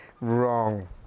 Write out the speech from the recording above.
Wrong